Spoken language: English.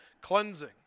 cleansing